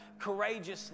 courageously